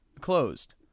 closed